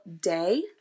day